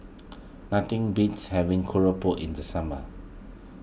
nothing beats having Keropok in the summer